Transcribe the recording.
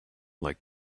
like